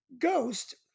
Ghost